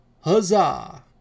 huzzah